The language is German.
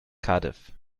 cardiff